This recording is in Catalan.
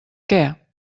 què